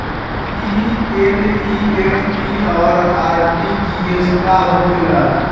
ई एन.ई.एफ.टी और आर.टी.जी.एस का होखे ला?